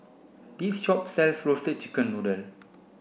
this shop sells roasted chicken noodle